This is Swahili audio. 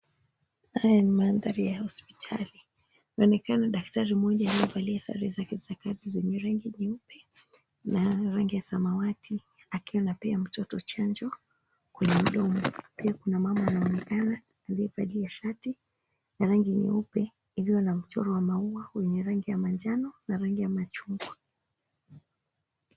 Haya ni mandhari ya hospitali. Inaonekana daktari mmoja aliyevalia sare zake za kazi zenye rangi nyeupe na rangi ya samawati akiwa anapea mtoto chanjo kwenye mdomo. Pia kuna mama anaonekana aliyevalia shati la rangi nyeupe iliyo na mchoro wa maua wenye rangi ya manjano na rangi ya machungwa.